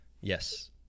Yes